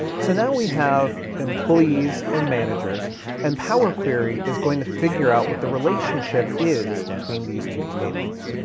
so now we have employees and managers and power query is going to figure out what the relationship is between these two tables.